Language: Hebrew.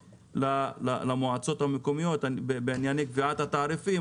למועצות המקומיות בענייני קביעת התעריפים.